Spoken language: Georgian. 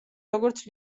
როგორც